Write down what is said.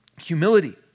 Humility